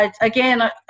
again